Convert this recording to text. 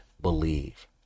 believe